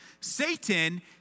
Satan